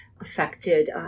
affected